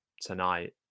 tonight